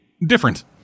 different